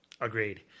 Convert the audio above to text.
Agreed